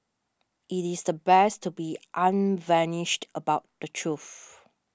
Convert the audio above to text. it is the best to be unvarnished about the truth